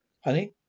Honey